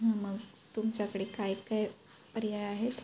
हां मग तुमच्याकडे काय काय पर्याय आहेत